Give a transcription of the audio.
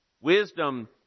Wisdom